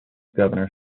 governor